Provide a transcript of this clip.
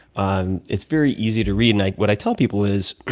um it's very easy to read. like what i tell people is,